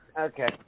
Okay